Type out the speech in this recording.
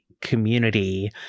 community